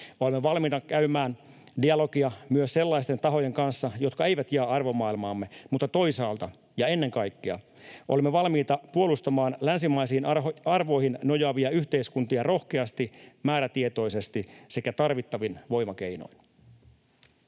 olemme valmiita käymään dialogia myös sellaisten tahojen kanssa, jotka eivät jaa arvomaailmaamme, mutta toisaalta ja ennen kaikkea olemme valmiita puolustamaan länsimaisiin arvoihin nojaavia yhteiskuntia rohkeasti, määrätietoisesti sekä tarvittavin voimakeinoin.